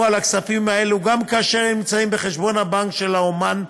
על כספים אלו גם כאשר הם נמצאים בחשבון הבנק של האומן,